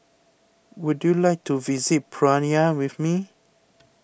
would you like to visit Praia with me